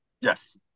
yes